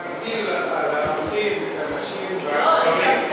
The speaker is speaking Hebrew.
להגדיל לך, להרחיב את הנשים והגברים.